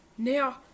Now